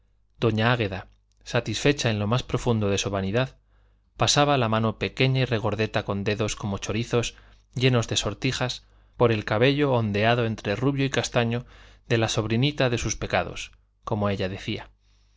doña águeda satisfecha en lo más profundo de su vanidad pasaba la mano pequeña y regordeta con dedos como chorizos llenos de sortijas por el cabello ondeado entre rubio y castaño de la sobrinita de sus pecados como ella decía